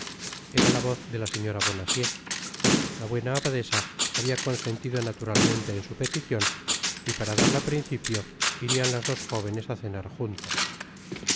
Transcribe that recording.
era la voz de la señora bonacieux la buena abadesa habia consentido naturalmente en su peticion y para darla principio irian las dos jóvenes á cenar juntas